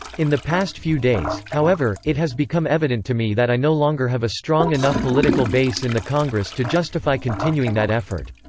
in the past few days, however, it has become evident to me that i no longer have a strong enough political base in the congress to justify continuing that effort.